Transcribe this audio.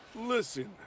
Listen